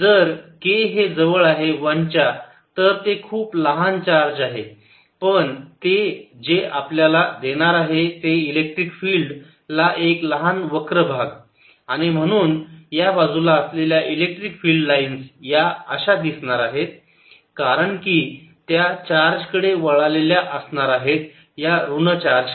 जर k हे जवळ आहे 1 च्या तर ते खूप लहान चार्ज आहे पण ते जे आपल्याला देणार आहे ते आहे इलेक्ट्रिक फिल्ड ला एक लहान वक्र भाग आणि म्हणून या बाजूला असलेल्या इलेक्ट्रिक फील्ड लाईन्स या अशा दिसणार आहेत कारण की त्या चार्ज कडे वळलेल्या असणार आहेत या ऋण चार्ज कडे